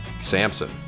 Samson